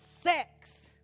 Sex